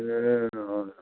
ए